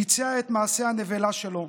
ביצע את מעשה הנבלה שלו.